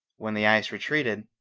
when the ice retreated,